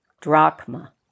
drachma